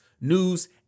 news